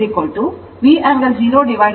IL V angle 0jXL